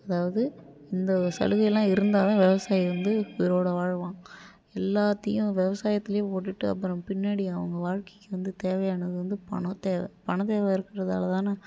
அதாவது இந்த சலுகையெல்லாம் இருந்தாதான் விவசாயி வந்து உயிரோட வாழ்வான் எல்லாத்தையும் விவசாயத்திலையே போட்டுவிட்டு அப்புறம் பின்னாடி அவங்க வாழ்க்கைக்கு வந்து தேவையானது வந்து பணம் தேவை பணத்தேவை இருக்கறதாலதானே